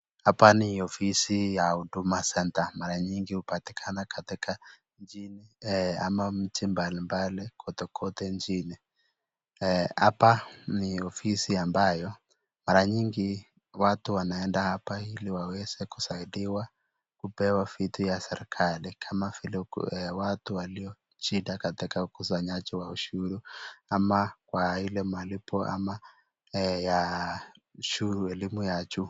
Hapa ni ofisi ya huduma centre mara nyingi hupatikana katika mjini ama mji mbali mbali kwote kwote nchini. Hapa ni ofisi ambayo mara nyingi watu wanaenda hapa ili waweze kusaidiwa, kupewa vitu ya serikali kama vile watu waliona shida katika ukusanyaji wa ushuru ama kwa ile malipo ama ya ushuru elimu ya juu.